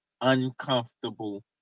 uncomfortable